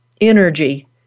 energy